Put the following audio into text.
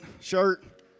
shirt